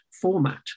format